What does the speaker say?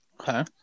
Okay